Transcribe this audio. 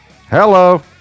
Hello